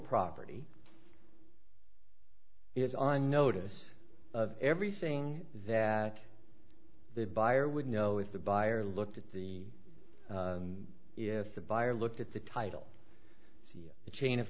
property is on notice of everything that the buyer would know if the buyer looked at the if the buyer looked at the title the chain of